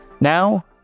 Now